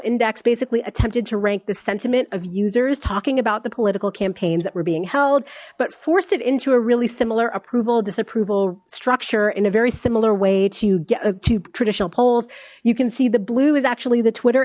index basically attempted to rank the sentiment of users talking about the political campaign that were being held but forced it into a really similar approval disapproval struck in a very similar way to get to traditional polls you can see the blue is actually the twitter